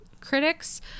critics